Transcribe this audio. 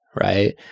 right